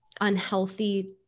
unhealthy